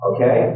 Okay